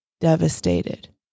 devastated